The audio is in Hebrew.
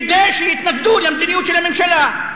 כדי שיתנגדו למדיניות של הממשלה.